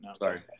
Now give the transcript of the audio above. sorry